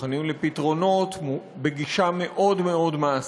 מוכנים לפתרונות בגישה מעשית מאוד מאוד.